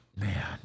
Man